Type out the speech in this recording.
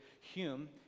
Hume